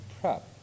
PrEP